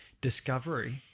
discovery